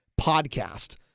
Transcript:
podcast